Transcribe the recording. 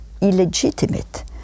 illegitimate